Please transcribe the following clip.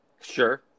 Sure